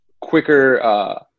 quicker